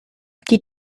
die